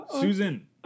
Susan